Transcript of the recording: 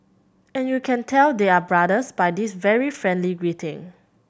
and you can tell they are brothers by this very friendly greeting